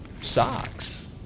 socks